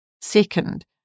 second